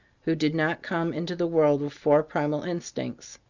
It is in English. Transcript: who did not come into the world with four primal instincts.